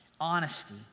honesty